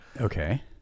Okay